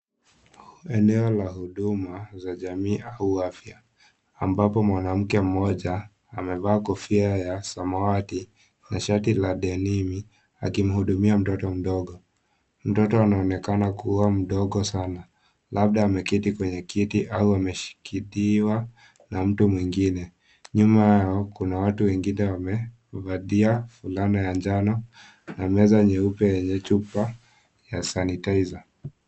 Eneo la huduma za jamii au afya, ambapo mwanamke mmoja amevaa kofia ya samawati, na shati la denimi akimuhudumia mtoto mdogo, mtoto anaonekana kuwa mdogo sana labda ameketi kwenye kiti, au ameshikiliwa na mtu mwingine, nyuma yao kuna watu wengine, wamevalia fulana ya njano, na meza nyeupe yenye chupa ya(cs) sanitizer(cs).